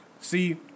See